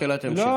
בשאלת ההמשך.